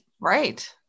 Right